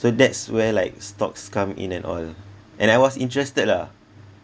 rso that's where like stocks come in an all and I was interested lah